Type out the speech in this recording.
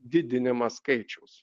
didinimą skaičiaus